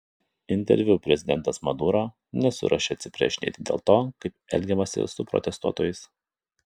interviu prezidentas maduro nesiruošė atsiprašinėti dėl to kaip elgiamasi su protestuotojais